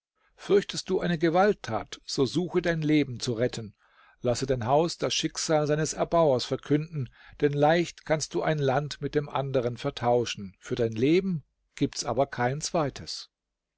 fürchtest du eine gewalttat so suche dein leben zu retten lasse dein haus das schicksal seines erbauers verkünden denn leicht kannst du ein land mit dem anderen vertauschen für dein leben gibt's aber kein zweites